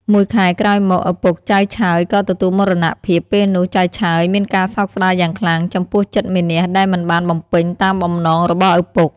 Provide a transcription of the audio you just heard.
មួយខែក្រោយមក ឪពុកចៅឆើយក៏ទទួលមរណភាព ពេលនោះ ចៅឆើយមានការសោកស្តាយយ៉ាងខ្លាំង ចំពោះចិត្តមានះដែលមិនបានបំពេញ តាមបំណងរបស់ឪពុក ។